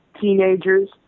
teenagers